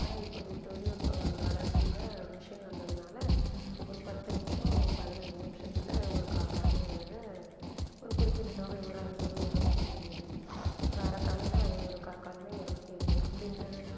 ஆனால் இப்போது தொழில்நுட்பங்கள் வளர்ச்சியில் மிஷின் வந்ததுனால் ஒரு பத்து நிமிஷம் பதினஞ்சு நிமிடத்துல ஒரு கால்காணிங்கிறத ஒரு குறிப்பிட்ட தொகை ஒரு ஐந்நூறு இரநூத்தி ஐம்பது ஒரு அரைக்காணின்னா ஐநூறு கால்காணின்னா எரநூத்தி ஐம்பது அப்படின்னு